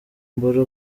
mbura